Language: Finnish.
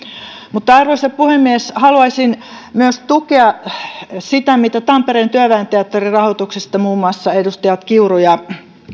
mutta arvoisa puhemies haluaisin myös tukea sitä mitä tampereen työväen teatterin rahoituksesta muun muassa edustajat kiuru ja